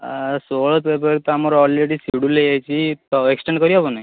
ଆଁ ଷୋହଳ ଫେବୃୟାରୀ ତ ଆମର ଅଲ୍ରେଡ଼ି ସିଡୁଲ୍ ହେଇଯାଇଛି ତ ଏକ୍ସ୍ଟେଣ୍ଡ୍ କରିହବ ନାଇଁ